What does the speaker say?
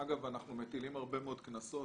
אגב, אנחנו מטילים הרבה מאוד קנסות.